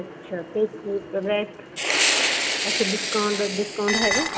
ਅੱਛਾ ਅਤੇ ਰਿਆਇਤ ਅੱਛਾ ਡਿਸਕਾਊਂਟ ਦਾ ਡਿਸਕਾਊਂਟ ਹੈਗਾ